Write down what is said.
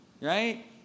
right